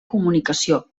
comunicació